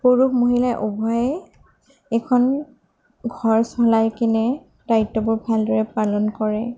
পুৰুষ মহিলাই উভয়ে এখন ঘৰ চলাইকেনে দায়িত্ববোৰ ভালদৰে পালন কৰে